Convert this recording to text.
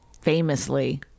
famously